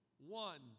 One